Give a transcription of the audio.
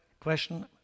Question